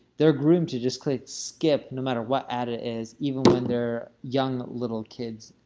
they're groomed to just click skip no matter what ad it is, even when they're young little kids.